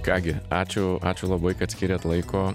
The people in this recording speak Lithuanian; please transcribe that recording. ką gi ačiū ačiū labai kad skyrėt laiko